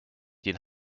den